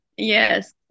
Yes